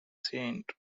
saint